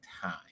time